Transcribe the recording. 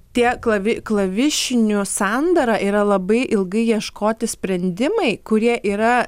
tie klavi klavišinių sandara yra labai ilgai ieškoti sprendimai kurie yra